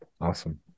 Awesome